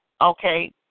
Okay